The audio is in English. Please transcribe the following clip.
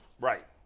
Right